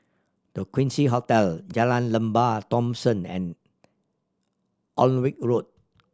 The Quincy Hotel Jalan Lembah Thomson and Alnwick Road